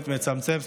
אני באמת מצמצם.